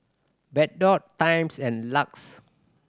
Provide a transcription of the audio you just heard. Bardot Times and LUX